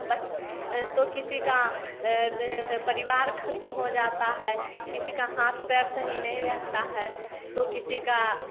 बचने तो किसी का परिवार खत्म हो जाता है किसी का हाथ पैर सही नहीं रहता है तो किसी का